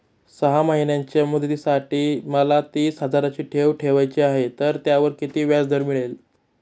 सहा महिन्यांच्या मुदतीसाठी मला तीस हजाराची ठेव ठेवायची आहे, तर त्यावर किती व्याजदर मिळेल?